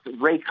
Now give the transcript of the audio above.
Ray